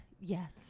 Yes